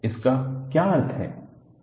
उसका क्या अर्थ है